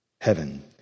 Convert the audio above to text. heaven